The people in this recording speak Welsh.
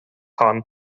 hon